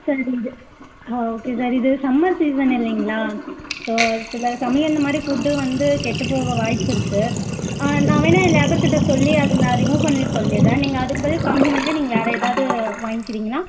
sir இது இது ஆ ஓகே சார் இது சம்மர் சீஸன் இல்லைங்களா ஸோ சில சமயம் அந்த மாதிரி ஃபுட்டு வந்து கெட்டுப் போக வாய்ப்பிருக்குது ஆ நான் வேணுணா என் லேபர்க்கிட்ட சொல்லி அதை நான் ரிமூவ் பண்ணிடுற சொல்லிடுறேன் நீங்கள் அதுக்கு பதில் காம்ப்ளிமெண்டாக நீங்கள் வேறு ஏதாவது வாங்கிக்றீங்களா